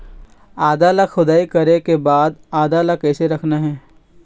आदा ला खोदाई करे के बाद आदा ला कैसे रखना हे?